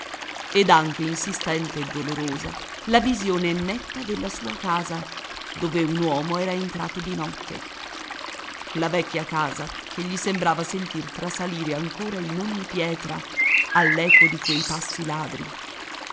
ed anche insistente e dolorosa la visione netta della sua casa dove un uomo era entrato di notte la vecchia casa che gli sembrava sentir trasalire ancora in ogni pietra all'eco di quei passi ladri